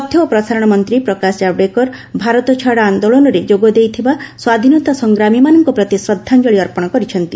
ତଥ୍ୟ ଓ ପ୍ରସାରଣ ମନ୍ତ୍ର ପ୍ରକାଶ ଜାବଡେକର ଭାରତ ଛାଡ଼ ଆନ୍ଦୋଳନରେ ଯୋଗଦେଇଥିବା ସ୍ୱାଧୀନତା ସଂଗ୍ରାମୀମାନଙ୍କ ପ୍ରତି ଶ୍ରଦ୍ଧାଞ୍ଜଳି ଅର୍ପଣ କରିଛନ୍ତି